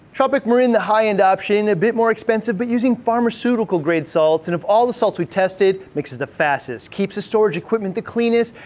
tropic marin, the high end option, a bit more expensive but using pharmaceutical grade salts, and of all the salts we tested, mixes the fastest, keeps the storage equipment the cleanest,